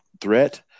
threat